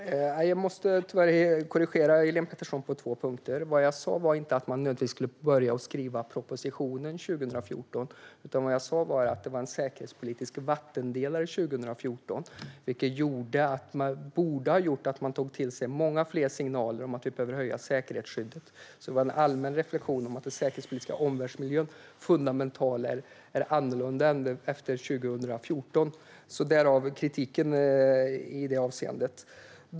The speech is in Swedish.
Fru talman! Jag måste tyvärr korrigera Helene Petersson på två punkter. Vad jag sa var inte att man nödvändigtvis skulle börja skriva propositionen 2014, utan vad jag sa var att det var en säkerhetspolitisk vattendelare 2014, vilket borde ha gjort att man tog till sig många fler signaler om att vi behöver höja säkerhetsskyddet. Det var en allmän reflektion om att den säkerhetspolitiska omvärldsmiljön var fundamentalt annorlunda efter 2014. Det är det som kritiken handlar om i det avseendet.